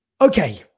Okay